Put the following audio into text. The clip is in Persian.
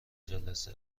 جلسه